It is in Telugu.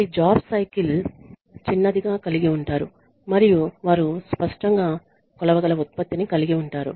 వారి జాబ్ సైకిల్ చిన్నదిగా కలిగి ఉంటారు మరియు వారు స్పష్టంగా కొలవగల ఉత్పత్తిని కలిగి ఉంటారు